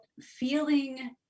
feeling